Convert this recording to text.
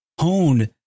hone